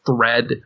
thread